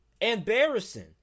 Embarrassing